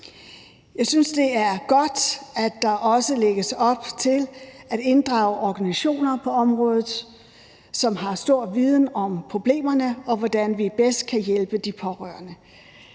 Jeg synes, det er godt, at der også lægges op til at inddrage organisationer på området, som har stor viden om problemerne, i, hvordan vi bedst kan hjælpe de pårørende.